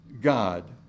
God